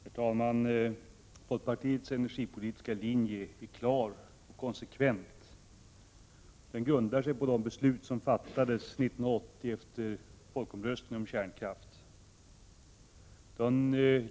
Herr talman! Folkpartiets energipolitiska linje är klar och konsekvent. Den har en grund i de beslut som fattades 1980 efter folkomröstningen om kärnkraft.